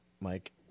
Mike